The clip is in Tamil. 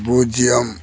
பூஜ்ஜியம்